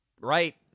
right